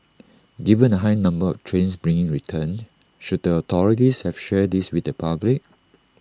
given the high number of trains being returned should the authorities have shared this with the public